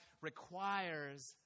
requires